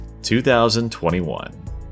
2021